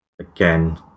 again